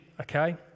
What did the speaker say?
okay